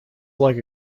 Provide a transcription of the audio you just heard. like